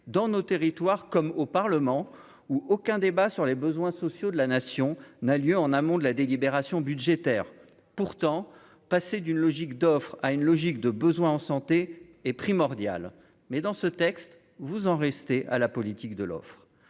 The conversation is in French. dans nos territoires comme au Parlement, où aucun débat sur les besoins sociaux de la nation n'a lieu en amont de la délibération budgétaire pourtant passer d'une logique d'offre à une logique de besoins en santé est primordiale, mais dans ce texte, vous en restez à la politique de l'offre,